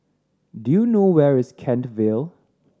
do you know where is Kent Vale